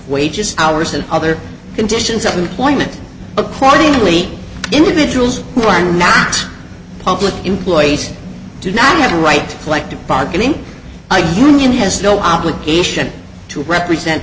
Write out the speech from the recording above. wages hours and other conditions of employment accordingly individuals who are not public employees do not have the right like to bargaining a union has no obligation to represent